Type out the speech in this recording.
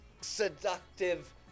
seductive